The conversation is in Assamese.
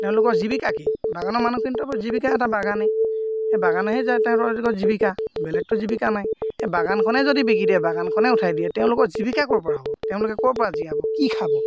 তেওঁলোকৰ জীৱিকা কি বাগানৰ মানুহখিনিটো জীৱিকা এটা বাগানেই সেই বাগানহে যায় তেওঁলোকৰ জীৱিকা বেলেগতো জীৱিকা নাই সেই বাগানখনে যদি বিকি দিয়ে বাগানখনেই উঠাই দিয়ে তেওঁলোকৰ জীৱিকা ক'ৰ পৰা হ'ব তেওঁলোকে ক'ৰ পৰা জীয়াব কি খাব